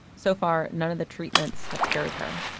so far, none of the treatments have cured her.